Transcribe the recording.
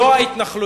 למה אתם מקפיאים?